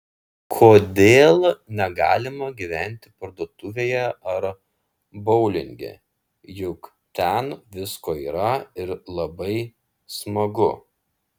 kodėl negalima gyventi parduotuvėje ar boulinge juk ten visko yra ir labai smagu